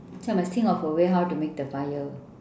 so must think of a way how to make the fire